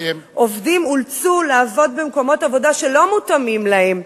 עובדים אולצו לעבוד במקומות עבודה שלא מותאמים להם.